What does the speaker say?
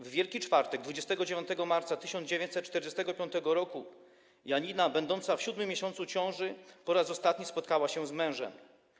W Wielki Czwartek, 29 marca 1945 r., Janina, będąca w siódmym miesiącu ciąży, po raz ostatni spotkała się z mężem.